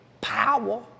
power